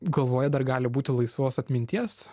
galvoje dar gali būti laisvos atminties